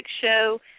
show